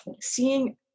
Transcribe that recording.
seeing